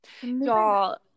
y'all